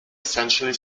essentially